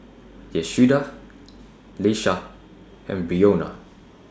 Yehuda Lesha and Breonna